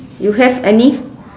you have any